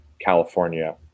california